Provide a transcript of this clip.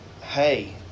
hey